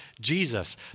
Jesus